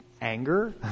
anger